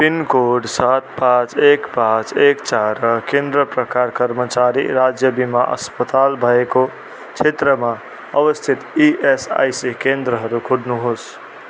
pin code सात पाँच एक पाँच एक चार र केन्द्र प्रकार कर्मचारी राज्य बिमा अस्पताल भएको क्षेत्रमा अवस्थित इएसआइसी केन्द्रहरू खोज्नुहोस्